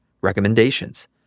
recommendations